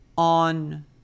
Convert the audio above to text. on